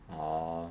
orh